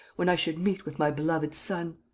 when i should meet with my beloved son?